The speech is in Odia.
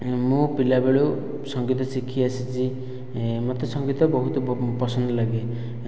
ମୁଁ ପିଲାବେଳୁ ସଙ୍ଗୀତ ଶିଖି ଆସିଛି ମୋତେ ସଙ୍ଗୀତ ବହୁତ ପସନ୍ଦ ଲାଗେ